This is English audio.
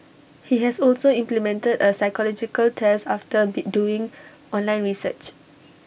he has also implemented A psychological test after doing online research